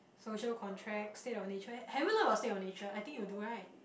social contract state of nature have you learnt about state of nature I think you do right